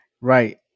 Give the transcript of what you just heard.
Right